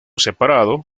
separado